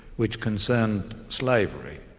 which concerned slavery,